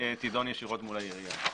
תידון ישירות מול העירייה.